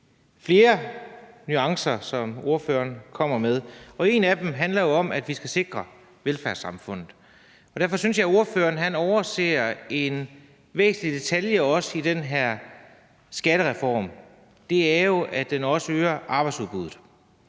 flere nuancer, som ordføreren kommer med, og en af dem handler jo om, at vi skal sikre velfærdssamfundet. Derfor synes jeg, at ordføreren også overser en væsentlig detalje i den her skattereform, og det er, at den også øger arbejdsudbuddet.